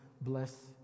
bless